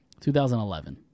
2011